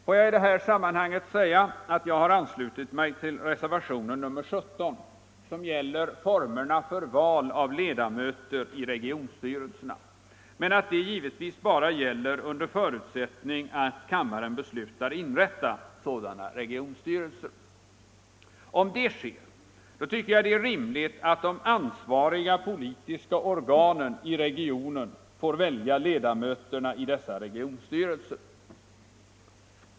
Får jag i detta sammanhang säga att jag har anslutit mig till reservationen 17, som gäller formerna för val av ledamöter i en regionstyrelse, men att det givetvis bara gäller under förutsättning att kammaren beslutar inrätta sådana regionstyrelser. Om det sker tycker jag det är rimligt att de ansvariga politiska organen i regionen får välja ledamöterna i dessa regionstyrelser.